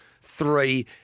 three